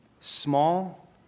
Small